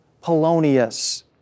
Polonius